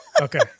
Okay